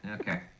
Okay